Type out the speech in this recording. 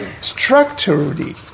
structurally